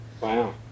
Wow